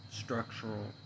structural